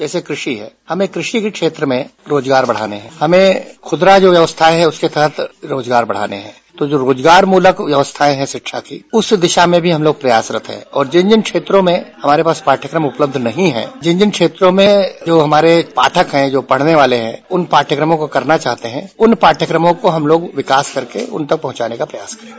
जैसे कृषि हमें कृषि के क्षेत्र में रोजगार बढ़ाने है हमें खुदरा जो व्यवस्थाएं है उसके तहत रोजगार बढ़ाने है जो रोजगार मूलक व्यवस्थाएं है शिक्षा की उस दिशा में भी हम लोग प्रयासरत है और जिन जिन क्षेत्रों में हमारे पास पाठ्यक्रम उपलब्ध नहीं है जिन जिन क्षेत्रों में जो हमारे पाठक है जो पढ़ने वाले है उन पाठ्यक्रमों को करना चाहते है उन पाठ्यक्रमों को हम लोग विकास करके उन तक पहुंचाने का प्रयास कर रहे हैं